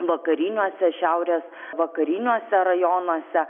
vakariniuose šiaurės vakariniuose rajonuose